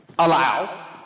Allow